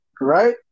right